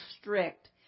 strict